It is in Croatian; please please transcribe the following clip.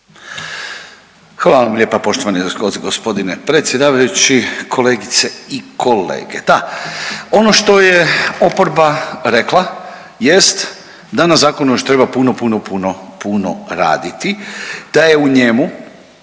Hvala vam lijepa poštovani gospodine predsjedavajući, kolegice i kolege. Da, ono što je oporba rekla jest da na zakonu treba još puno, puno, puno raditi, da je u njemu